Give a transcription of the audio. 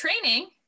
training